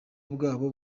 bwabo